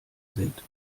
sind